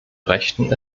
rechten